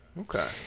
Okay